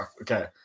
Okay